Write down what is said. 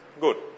Good